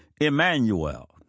Emmanuel